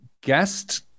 guest